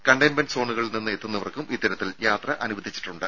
containment സോണുകളിൽ നിന്ന് എത്തുന്നവർക്കും ഇത്തരത്തിൽ യാത്ര അനുവദിച്ചിട്ടുണ്ട്